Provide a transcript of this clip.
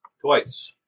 Twice